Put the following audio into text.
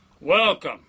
Welcome